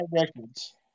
Records